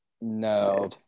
No